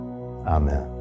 amen